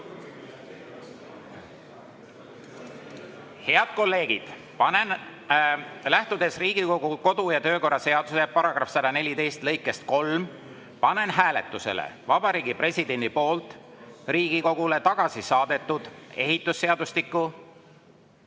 kolleegid, lähtudes Riigikogu kodu‑ ja töökorra seaduse § 114 lõikest 3, panen hääletusele Vabariigi Presidendi poolt Riigikogule tagasi saadetud ehitusseadustiku,